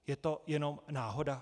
Je to jenom náhoda?